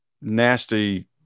nasty